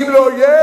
אם לא יהיה,